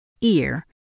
ear